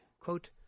Quote